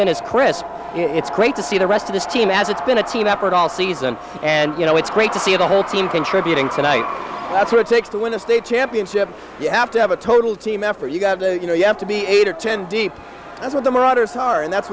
as crisp it's great to see the rest of this team as it's been a team effort all season and you know it's great to see the whole team contributing tonight that's what it takes to win a state championship you have to have a total team effort you got to you know you have to be eight or ten deep that's